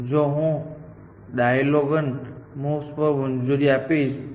જો હું ડાયાગોનલ મૂવ્સને પણ મંજૂરી આપીશ તો